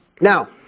Now